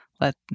let